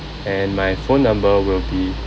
and my phone number will be